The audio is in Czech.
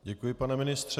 Děkuji, pane ministře.